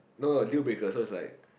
no dealbreaker so is like